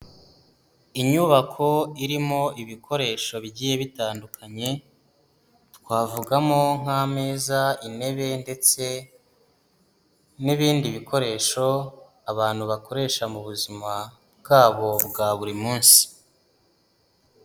Inyubako irimo ibikoresho bigiye bitandukanye twavugamo nk'ameza, intebe ndetse n'ibindi bikoresho abantu bakoresha mu buzima bwabo bwa buri munsi.